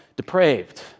depraved